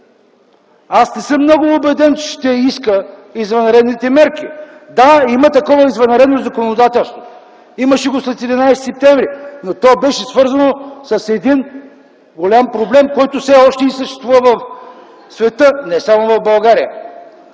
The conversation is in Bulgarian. аз не съм много убеден, че ще иска извънредните мерки. Да, има такова извънредно законодателство, имаше го след 11 септември, но то беше свързано с един голям проблем, който все още и съществува в света, не само в България.